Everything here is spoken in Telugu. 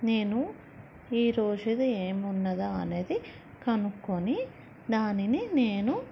నేను ఈ రోజుది ఏముంన్నదా అనేది కనుక్కుని దానిని నేను